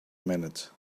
minute